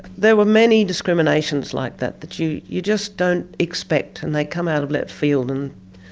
there were many discriminations like that that you you just don't expect and they come out of left field and